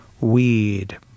Weed